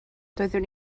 doeddwn